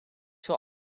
veel